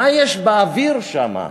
מה יש באוויר שם?